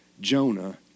Jonah